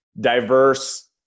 diverse